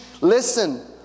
listen